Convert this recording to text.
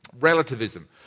Relativism